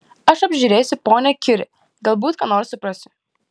aš apžiūrėsiu ponią kiuri galbūt ką nors suprasiu